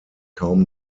kaum